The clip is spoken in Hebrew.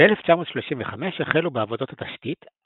ב-1935 החלו בעבודות התשתית,